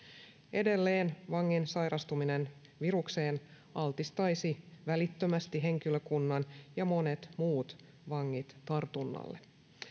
edelleen vangin sairastuminen virukseen altistaisi välittömästi henkilökunnan ja monet muut vangit tartunnalle